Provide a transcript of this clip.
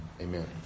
Amen